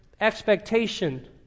expectation